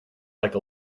like